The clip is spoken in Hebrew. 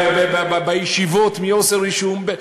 בישיבות, מי עושה רישום?